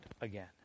again